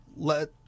Let